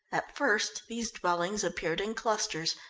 at first these dwellings appeared in clusters,